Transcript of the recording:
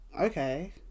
okay